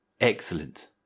Excellent